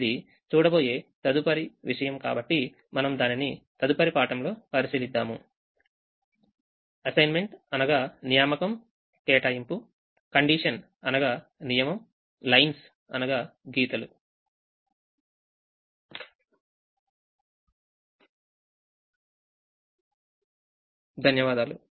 అనేది చూడబోయే తదుపరి విషయం కాబట్టి మనము దానిని తదుపరి పాఠంలో పరిశీలిద్దాము